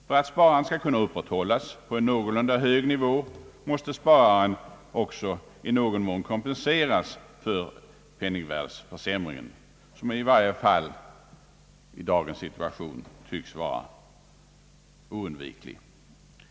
För att sparandet skall kunna upprätthållas på en någorlunda hög nivå måste spararen också i någon mån kompenseras för penningvärdeförsämringen, som i varje fall i dagens situation tycks vara oundviklig.